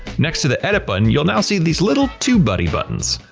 next to the edit button you'll now see these little tube buddy buttons.